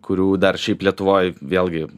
kurių dar šiaip lietuvoj vėlgi